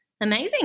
Amazing